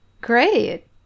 Great